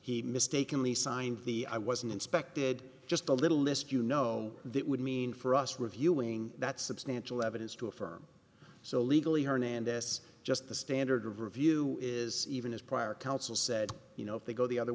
he mistakenly signed the i wasn't inspected just a little list you know that would mean for us reviewing that substantial evidence to a firm so legally hernandez just the standard of review is even his prior counsel said you know if they go the other